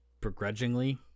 begrudgingly